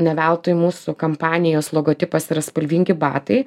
ne veltui mūsų kampanijos logotipas yra spalvingi batai